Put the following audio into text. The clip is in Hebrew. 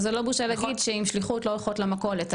וזו לא בושה להגיד שעם שליחות לא הולכות למכולת.